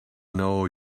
know